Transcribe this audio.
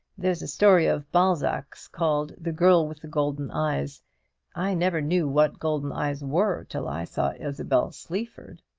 there's a story of balzac's called the girl with the golden eyes i never knew what golden eyes were till i saw isabel sleaford.